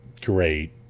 Great